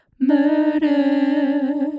Murder